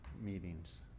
meetings